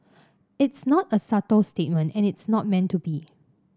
it's not a subtle statement and it's not meant to be